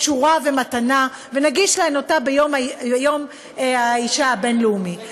תשורה ומתנה ונגיש להן אותה ביום האישה הבין-לאומי.